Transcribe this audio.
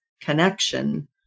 connection